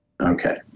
Okay